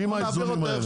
עם האיזונים האלה.